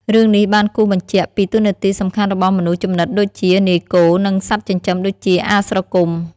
រឿងនេះបានគូសបញ្ជាក់ពីតួនាទីសំខាន់របស់មនុស្សជំនិតដូចជា នាយគោ និងសត្វចិញ្ចឹមដូចជា អាស្រគំ។